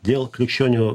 dėl krikščionių